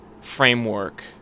framework